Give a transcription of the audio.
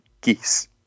geese